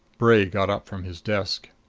bray got up from his desk.